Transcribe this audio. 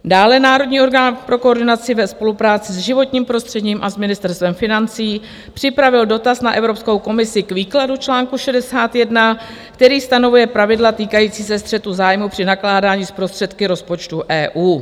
Dále Národní orgán pro koordinaci ve spolupráci s životním prostředím a Ministerstvem financí připravil dotaz na Evropskou komisi k výkladu článku 61, který stanovuje pravidla týkající se střetu zájmů při nakládání s prostředky rozpočtu EU.